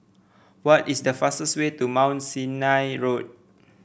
what is the fastest way to Mount Sinai Road